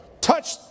touch